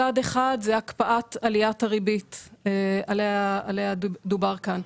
צעד אחד זה הקפאת עליית הריבית שעליה דובר כאן.